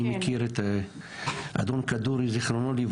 אני מכיר את אדון כדורי ז"ל,